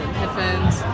headphones